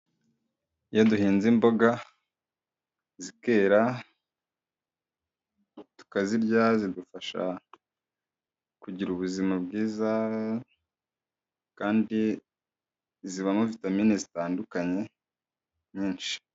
Iyo duhinze imboga zikera, tukazirya zidufasha kugira ubuzima bwiza kandi zibamo vitamini zitandukanye nyinshi.